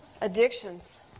Addictions